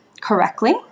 correctly